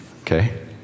okay